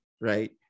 Right